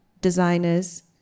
designers